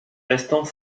restant